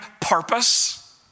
purpose